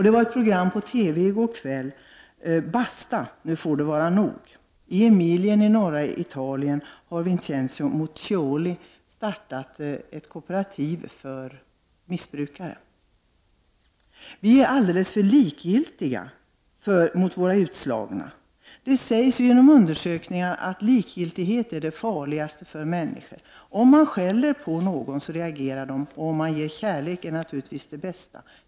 Det var ett program på TV i går kväll: ”Basta! Nu får det vara nog! — Om Emilien i norra Italien”, där Vincenzo Muccioli har startat ett kooperativ för missbrukare och utslagna. Vi är alldeles för likgiltiga mot våra utslagna. Det sägs i undersökningar att likgiltighet är det värsta för människor. Om man skäller på någon reagerar man, men om man ger kärlek är det naturligtvis det bästa.